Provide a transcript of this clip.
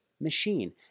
machine